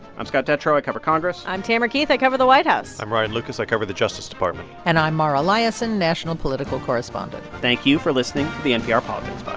i'm scott detrow. i cover congress i'm tamara keith. i cover the white house i'm ryan lucas. i cover the justice department and i'm mara liasson, national political correspondent thank you for listening to the npr politics